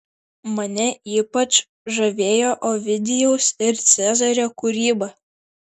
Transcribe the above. mane ypač žavėjo ovidijaus ir cezario kūryba